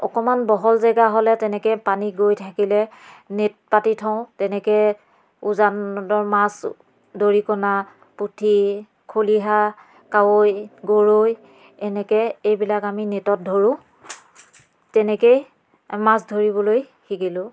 অকণমান বহল জেগা হ'লে তেনেকৈয়ে পানী গৈ থাকিলে নেট পাতি থওঁ তেনেকৈ উজানৰ মাছ দৰিকণা পুঠি খলিহা কাৱৈ গৰৈ এনেকৈ এইবিলাক আমি নেটত ধৰোঁ তেনেকৈয়ে মাছ ধৰিবলৈ শিকিলোঁ